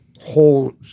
whole